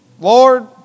Lord